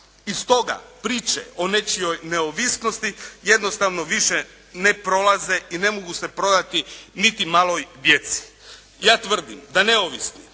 I stoga, priče o nečijoj neovisnosti jednostavno više ne prolaze i ne mogu se prodati niti maloj djeci. Ja tvrdim da neovisni